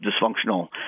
dysfunctional